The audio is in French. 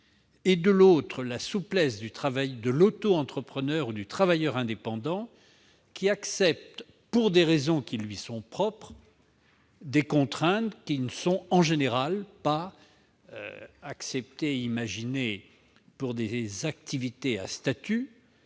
la demande, et la souplesse de l'autoentrepreneur ou du travailleur indépendant, qui accepte, lui, pour des raisons qui lui sont propres, des contraintes qui ne sont en général pas imaginées pour des activités à statut,